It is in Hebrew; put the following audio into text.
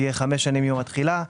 תהיה חמש שנים מיום התחילה.